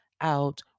out